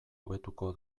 hobetuko